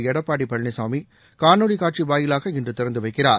எடப்பாடி பழனிசாமி காணொலி காட்சி வாயிலாக இன்று திறந்து வைக்கிறார்